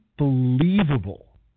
Unbelievable